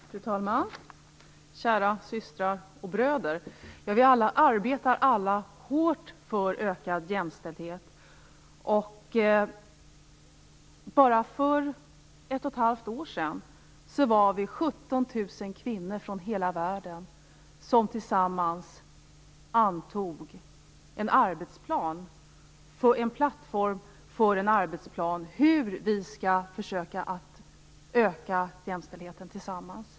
Fru talman! Kära systrar och bröder! Vi arbetar alla hårt för ökad jämställdhet. För bara ett och ett halvt år sedan var vi 17 000 kvinnor från hela världen som tillsammans antog en plattform för arbetsplan om hur vi tillsammans skall försöka öka jämställdheten.